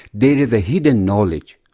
there is a hidden knowledge,